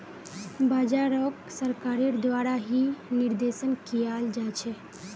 बाजारोक सरकारेर द्वारा ही निर्देशन कियाल जा छे